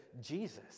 Jesus